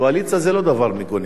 קואליציה זה לא דבר מגונה